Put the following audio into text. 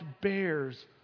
bears